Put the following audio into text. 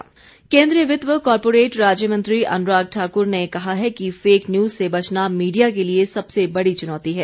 अन्राग ठाक्र केन्द्रीय वित्त व कॉरपोरेट राज्य मंत्री अनुराग ठाकुर ने कहा है कि फेक न्यूज़ से बचना मीडिया के लिए सबसे बड़ी चुनौती है